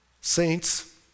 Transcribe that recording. Saints